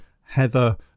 heather